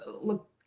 Look